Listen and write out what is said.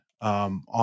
On